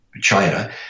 China